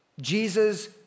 Jesus